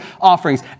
offerings